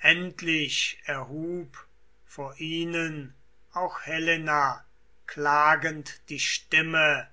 endlich erhub vor ihnen auch helena klagend die stimme